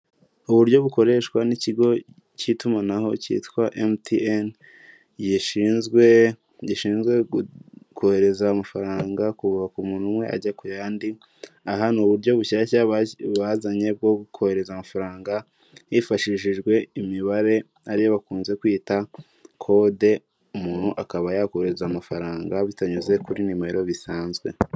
Uburyo bukoreshwa n'ikigo cy'itumanaho cyitwa mtn gishinzwe gishinzwe kohereza amafaranga kuva ku umuntu umwe ajya ku yandi, aha ni uburyo bushyashya bazanye bwo kohereza amafaranga hifashishijwe imibare ariyo bakunze kwita kode umuntu akaba yakohereza amafaranga bitanyuze kuri nimero bisanzwe.